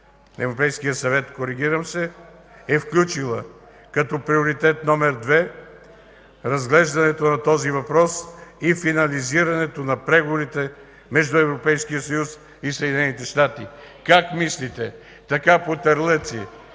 Европейския съвет – коригирам се, е включила като Приоритет № 2 разглеждането на този въпрос и финализирането на преговорите между Европейския съюз и Съединените щати. Как мислите – така, по търлъци,